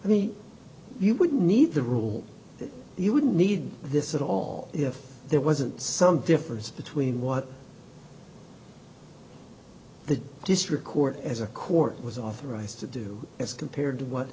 rule me you would need the rule that you wouldn't need this at all if there wasn't some difference between what the district court as a court was authorized to do as compared to what